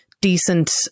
decent